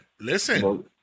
listen